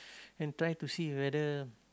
and try to see whether